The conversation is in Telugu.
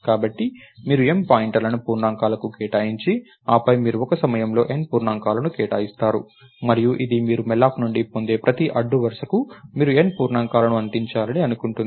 కాబట్టి మీరు M పాయింటర్లను పూర్ణాంకాలకు కేటాయించి ఆపై మీరు ఒక సమయంలో N పూర్ణాంకాలను కేటాయిస్తారు మరియు ఇది మీరు malloc నుండి పొందే ప్రతి అడ్డు వరుసకు మీకు N పూర్ణాంకాలని అందించాలని అనుకుంటుంది